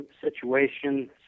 situation